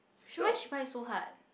she why she bite so hard